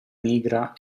nigra